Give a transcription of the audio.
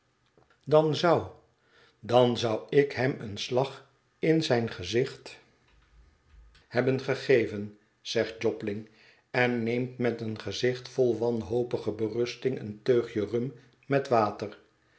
dan zou dan zou ik hem een slag in zijn gezicht hebir wat kan iemand doen ben gegeven zegt jobling en neemt met een gezicht vol wanhopige berusting een teug e rum met water